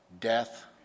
death